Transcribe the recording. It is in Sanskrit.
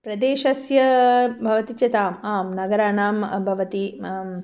प्रदेशस्य भवति चेत् आम् आं नगराणां भवति